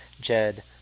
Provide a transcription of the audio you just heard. Jed